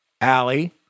allie